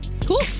Cool